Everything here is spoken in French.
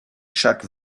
chaque